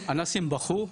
אנשים בכו.